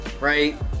right